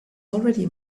already